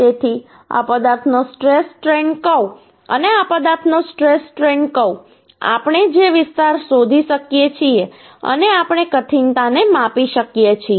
તેથી આ પદાર્થનો સ્ટ્રેશ સ્ટ્રેઇન કર્વ અને આ પદાર્થનો સ્ટ્રેશ સ્ટ્રેઇન કર્વ આપણે જે વિસ્તાર શોધી શકીએ છીએ અને આપણે કઠિનતાને માપી શકીએ છીએ